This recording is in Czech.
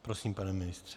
Prosím, pane ministře.